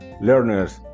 learners